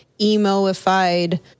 emo-ified